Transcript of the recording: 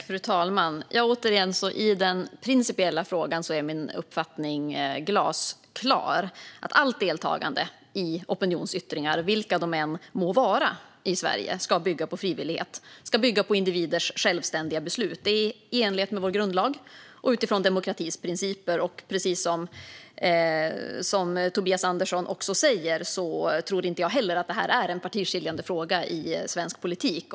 Fru talman! I den principiella frågan är min uppfattning glasklar: Allt deltagande i opinionsyttringar i Sverige, vilka de än må vara, ska bygga på frivillighet och på individers självständiga beslut, detta i enlighet med vår grundlag och utifrån demokratins principer. Precis som Tobias Andersson tror jag inte att detta är en partiskiljande fråga i svensk politik.